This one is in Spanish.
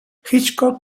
hitchcock